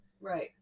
Right